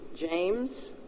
james